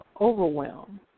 overwhelm